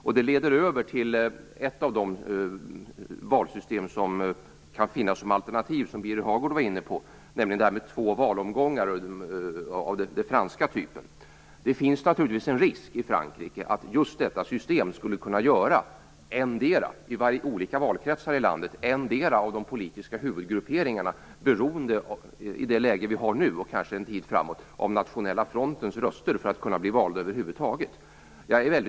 Detta leder över till ett av de valsystem som kan finnas som ett alternativ och som Birger Hagård också var inne på, nämligen två valomgångar av den franska typen. Det finns naturligtvis en risk att just detta system skulle kunna leda till att i olika valkretsar i Frankrike endera av de politiska huvudgrupperingarna, i det läge som finns nu och kanske en tid framåt, skulle bli beroende av Nationella Frontens röstetal för att över huvud taget bli valda.